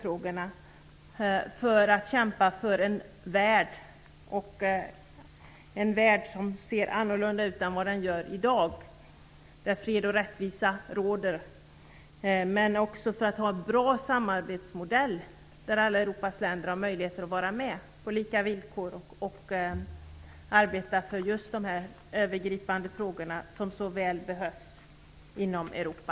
Det är viktigt i kampen för en värld som ser annorlunda ut än vad den gör i dag, en värld där fred och rättvisa råder. Det är också viktigt att ha en bra samarbetsmodell där alla Europas länder har möjligheter att vara med på lika villkor och arbeta för just de här övergripande frågorna. Det är ett arbete som så väl behövs inom Europa.